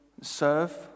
serve